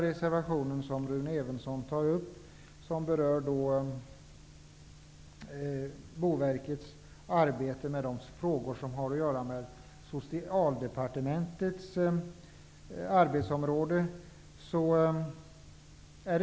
Reservation 2 berör Boverkets arbete med frågor avseende Socialdepartementets verksamhetsområde.